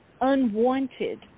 unwanted